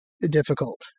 difficult